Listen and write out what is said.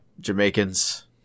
Jamaicans